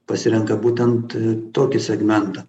pasirenka būtent tokį segmentą